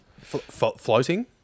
Floating